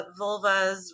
vulvas